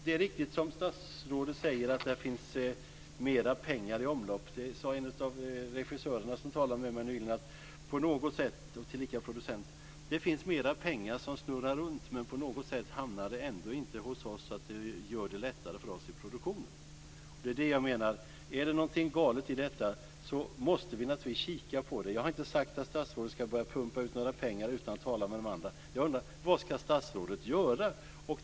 Det är riktigt som statsrådet säger att det finns mer pengar i omlopp. Det sade en av de regissörer, tillika producent, som talade med mig nyligen: Det finns mer pengar som snurrar runt, men på något sätt hamnar de ändå inte hos oss så att det blir lättare för oss i produktionen. Det är därför jag menar att om det är något galet i detta måste vi naturligtvis kika på det. Jag har inte sagt att statsrådet ska börja pumpa ut några pengar utan att tala med andra, men jag undrar vad statsrådet ska göra.